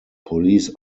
police